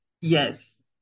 yes